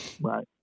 Right